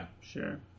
Sure